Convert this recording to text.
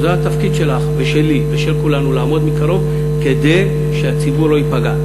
אבל זה התפקיד שלך ושלי ושל כולנו לעמוד מקרוב כדי שהציבור לא ייפגע.